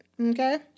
Okay